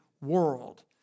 world